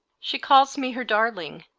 she calls me her darling,